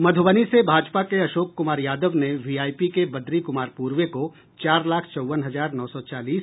मधुबनी से भाजपा के अशोक कुमार यादव ने वीआईपी के बद्री कुमार पूर्वे को चार लाख चौवन हजार नौ सौ चालीस